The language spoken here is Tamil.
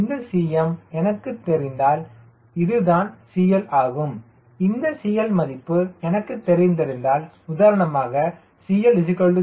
இந்த Cm எனக்குத் தெரிந்தால் இதுதான் CL ஆகும் இந்த CL ன் மதிப்பு எனக்குத் தெரிந்திருந்தால் உதாரணமாக CL 0